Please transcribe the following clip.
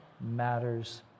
matters